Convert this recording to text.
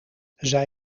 zij